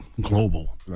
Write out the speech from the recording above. global